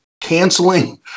canceling